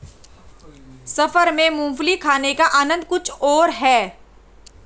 सफर में मूंगफली खाने का आनंद ही कुछ और है